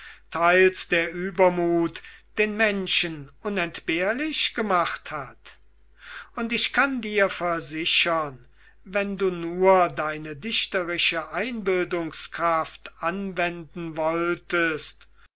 teils der übermut den menschen unentbehrlich gemacht hat und ich kann dir versichern wenn du nur deine dichterische einbildungskraft anwenden wolltest